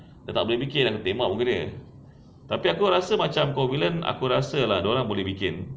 dia tak boleh bikin tembak muka dia tapi aku rasa macam time covalent aku rasa dia orang boleh bikin